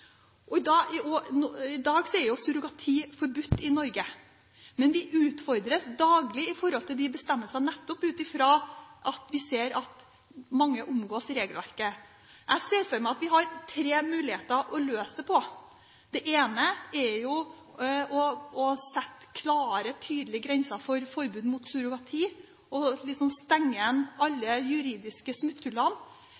ikke. I dag er jo surrogati forbudt i Norge, men vi utfordres daglig av de bestemmelsene, nettopp ved at vi ser at mange omgår regelverket. Jeg ser for meg at vi har tre måter å løse det på. Den ene måten er å sette klare, tydelige grenser for surrogati og